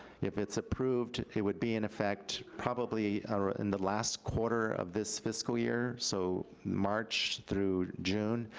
if it's approved, it would be in effect probably in the last quarter of this fiscal year, so march through june,